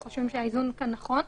אנחנו חושבים שהאיזון כאן נכון.